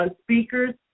speakers